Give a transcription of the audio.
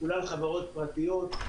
כולן חברות פרטיות.